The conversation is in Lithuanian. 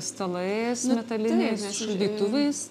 stalais metaliniais šildytuvais